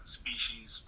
species